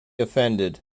offended